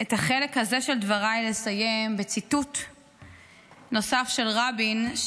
את החלק הזה של דברי לסיים בציטוט נוסף של רבין,